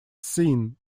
scene